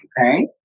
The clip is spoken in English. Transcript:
okay